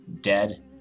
dead